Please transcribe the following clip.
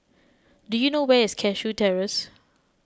do you know where is Cashew Terrace